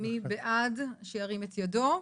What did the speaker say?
מי בעד, שירים את ידו.